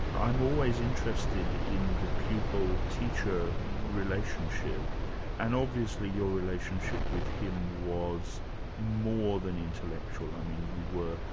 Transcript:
i'm always interested in the pupil teacher relationship and obviously your relationship with him was more than intellectual, i mean you were,